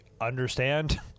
understand